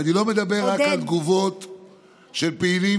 אני לא מדבר רק על תגובות של פעילים